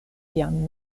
sian